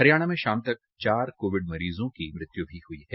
हरियाणा में शाम तक चार कोविड मरीज़ो की मृत्यु भी हुई है